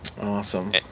awesome